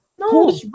no